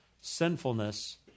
sinfulness